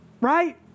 right